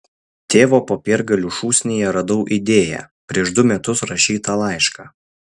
tėvo popiergalių šūsnyje radau idėją prieš du metus rašytą laišką